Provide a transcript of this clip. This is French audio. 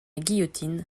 guillotine